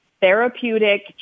therapeutic